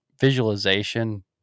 visualization